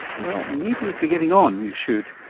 well, maybe if you're getting on, you should.